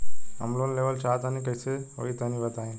हम लोन लेवल चाहऽ तनि कइसे होई तनि बताई?